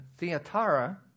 Theatara